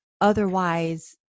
otherwise